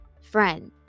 Friend